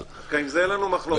דווקא עם זה אין לנו מחלוקת.